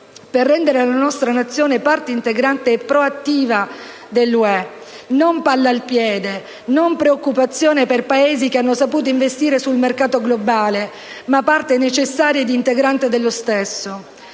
per rendere la nostra nazione parte integrante e proattiva dell'Unione europea, non una palla al piede, non una preoccupazione per Paesi che hanno saputo investire su un mercato globale, ma parte necessaria ed integrante dello stesso.